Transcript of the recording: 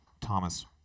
thomas